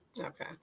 okay